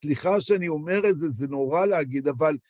סליחה שאני אומר את זה, זה נורא להגיד, אבל...